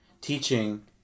teaching